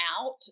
out